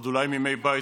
אולי עוד מימי בית ראשון,